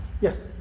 Yes